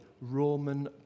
Roman